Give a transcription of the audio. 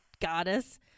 goddess